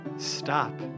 stop